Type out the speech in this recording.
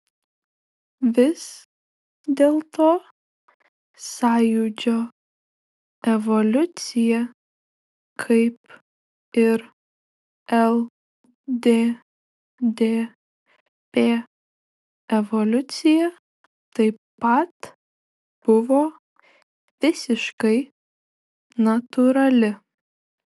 vis dėlto sąjūdžio evoliucija kaip ir lddp evoliucija taip pat buvo visiškai natūrali